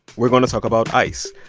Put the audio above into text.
we're going to talk about ice.